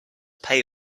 pay